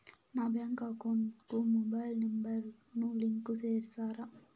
నా bank account కు mobile number ను లింకు చేస్తారా?